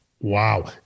Wow